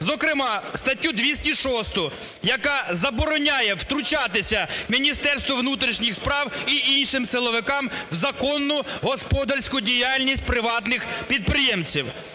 зокрема, статтю 206, яка забороняє втручатися Міністерству внутрішніх справ і іншим силовикам в законну господарську діяльність приватних підприємців.